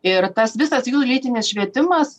ir tas visas jų lytinis švietimas